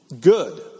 Good